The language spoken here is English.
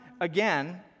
again